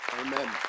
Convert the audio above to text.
Amen